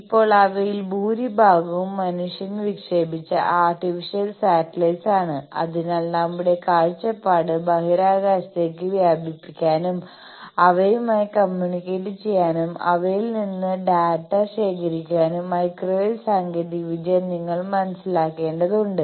ഇപ്പോൾ അവയിൽ ഭൂരിഭാഗവും മനുഷ്യൻ വിക്ഷേപിച്ച ആർട്ടിഫിഷ്യൽ സാറ്റലൈറ്റ്സ് ആണ് അതിനാൽ നമ്മുടെ കാഴ്ചപ്പാട് ബഹിരാകാശത്തേക്ക് വ്യാപിപ്പിക്കാനും അവയുമായി കമ്മ്യൂണിക്കേറ്റ് ചെയ്യാനും അവയിൽ നിന്ന് ഡാറ്റ ശേഖരിക്കാനും മൈക്രോവേവ് സാങ്കേതികവിദ്യ നിങ്ങൾ മനസ്സിലാക്കേണ്ടതുണ്ട്